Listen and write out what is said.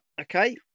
Okay